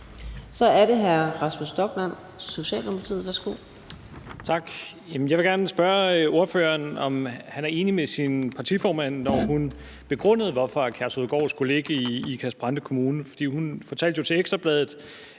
Så er det hr. Rasmus Stoklund, Socialdemokratiet. Værsgo. Kl. 14:29 Rasmus Stoklund (S): Tak. Jeg vil gerne spørge ordføreren, om han er enig med sin partiformand, da hun begrundede, hvorfor Kærshovedgård skulle ligge i Ikast-Brande Kommune. For hun sagde jo til Ekstra Bladet,